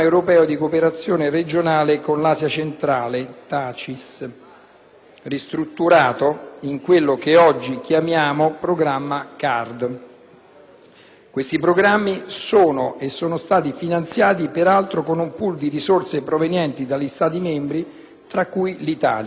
Tali programmi sono e sono stati finanziati, peraltro, con un *pool* di risorse provenienti dagli Stati membri, tra cui l'Italia, che pure non aveva ancora ratificato il Trattato, ma all'interno della cui cornice stava però già operando.